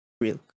Real